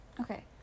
Okay